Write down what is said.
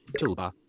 Toolbar